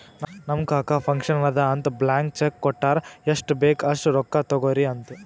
ನಮ್ ಕಾಕಾ ಫಂಕ್ಷನ್ ಅದಾ ಅಂತ್ ಬ್ಲ್ಯಾಂಕ್ ಚೆಕ್ ಕೊಟ್ಟಾರ್ ಎಷ್ಟ್ ಬೇಕ್ ಅಸ್ಟ್ ರೊಕ್ಕಾ ತೊಗೊರಿ ಅಂತ್